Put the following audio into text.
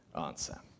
answer